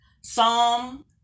Psalm